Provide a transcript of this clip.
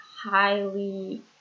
highly